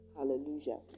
Hallelujah